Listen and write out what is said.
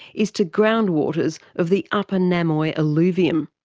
is to groundwaters of the upper namoi alluvium.